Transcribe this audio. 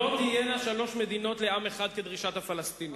לא תהיינה שלוש מדינות לעם אחד כדרישת הפלסטינים: